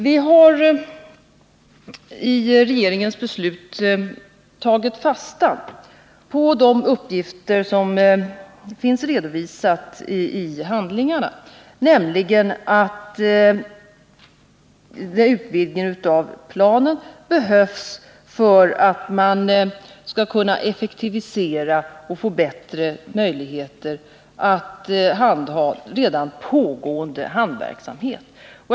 Vi har i regeringens beslut tagit fasta på de uppgifter som finns redovisade i handlingarna, nämligen att en utvidgning av planen behövs för att man skall kunna effektivisera den redan pågående hamnverksamheten.